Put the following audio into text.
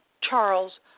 Charles